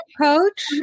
coach